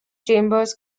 chambers